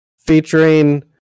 Featuring